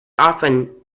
often